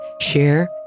share